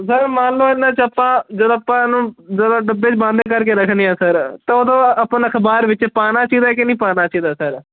sir ਮੰਨ ਲਓ ਇਹਨਾਂ 'ਚ ਆਪਾਂ ਜਦੋਂ ਆਪਾਂ ਇਹਨੂੰ ਜਦੋਂ ਡੱਬੇ 'ਚ ਬੰਦ ਕਰਕੇ ਰੱਖਣੀ ਆ ਸਰ ਤਾਂ ਉਦੋਂ ਆਪਾਂ ਨੂੰ ਅਖ਼ਬਾਰ ਵਿੱਚ ਪਾਉਣਾ ਚਾਹੀਦਾ ਕਿ ਨਹੀਂ ਪਾਉਣਾ ਚਾਹੀਦਾ ਸਰ